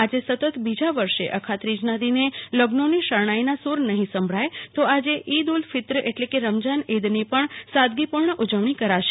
આજે સતત બીજા વર્ષે અખાત્રીજના દિને લઝ્નોની શરણાઈના સુર નહિ સંભળાય તો આજે ઈદ ઉલ ફિત્ર એટલે કે ઈદની પણ સાદગી પુર્ણ ઉજવણી કરાશે